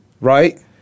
Right